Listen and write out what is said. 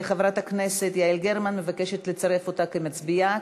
חברת הכנסת יעל גרמן מבקשת לצרף אותה כמצביעה,